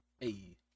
hey